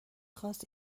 خواست